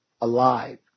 alive